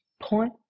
Point